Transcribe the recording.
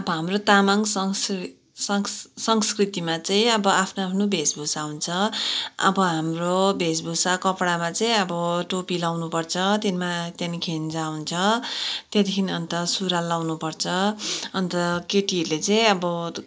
अब हाम्रो तामाङ संस् संस् संस्कृतिमा चाहिँ अब आफ्नो आफ्नो भेषभूषा हुन्छ अब हाम्रो भेषभूषा कपडामा चाहिँ अब टोपी लगाउनु पर्छ त्यहाँदेखि खेन्जा हुन्छ त्यहाँदेखि अन्त सुरुवाल लगाउनुपर्छ अन्त केटीहरूले चाहिँ अब